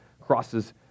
crosses